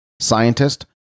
scientist